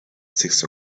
six